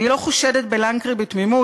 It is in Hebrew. אני לא חושדת בלנקרי בתמימות,